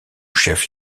chef